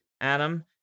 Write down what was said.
Adam